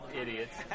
idiots